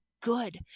good